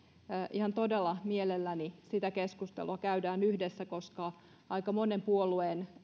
ihan todella mielellään sitä keskustelua käydään yhdessä koska aika monen puolueen